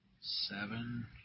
Seven